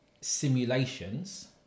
simulations